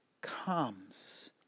comes